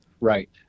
Right